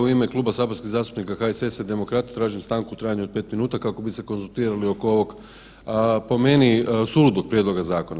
U ime Kluba saborskih zastupnika HSS-a i Demokrata tražim stanku u trajanju od 5 minuta kako bi se konzultirali oko ovog po meni suludog prijedloga zakona.